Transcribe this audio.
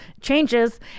changes